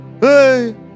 Hey